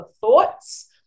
thoughts